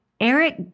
Eric